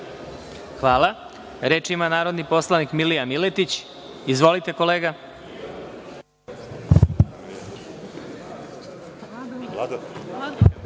vam. Reč ima narodni poslanik Milija Miletić. Izvolite.